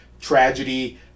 tragedy